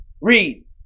Read